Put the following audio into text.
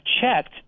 checked